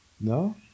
no